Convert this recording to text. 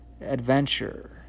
adventure